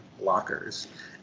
lockers